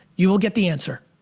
you'll get the answer.